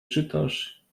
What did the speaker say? czytasz